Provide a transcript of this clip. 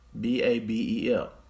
B-A-B-E-L